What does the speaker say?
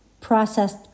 processed